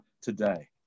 today